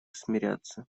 смиряться